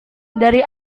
dari